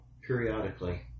periodically